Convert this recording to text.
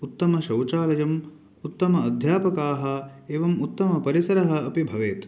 उत्तमशौचालयम् उत्तम अध्यापकाः एवम् उत्तमपरिसरः अपि भवेत्